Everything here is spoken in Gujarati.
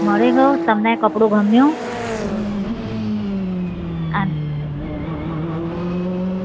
મળી ગયું તમને કપડું ગમ્યું